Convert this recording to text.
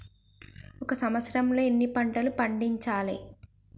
ఒక సంవత్సరంలో ఎన్ని పంటలు పండించాలే?